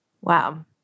Wow